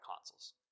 consoles